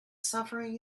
suffering